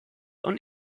und